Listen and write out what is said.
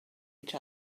each